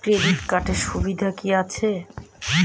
Credit কার্ডের সুবিধা কি আছে?